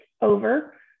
over